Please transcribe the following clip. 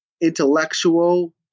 intellectual